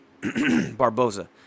Barbosa